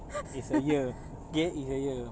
is a year okay is a year